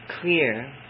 clear